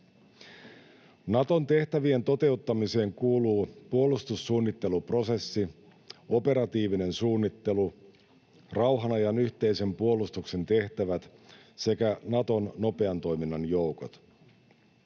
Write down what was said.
Naton tehtävien toteuttamiseen kuuluvat puolustussuunnitteluprosessi, operatiivinen suunnittelu, rauhanajan yhteisen puolustuksen tehtävät sekä Naton nopean toiminnan joukot.